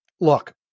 look